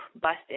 busted